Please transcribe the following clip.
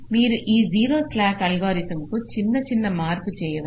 మీరు ఈ ZSA algorithm కు ఒక చిన్న మార్పు చేయవచ్చు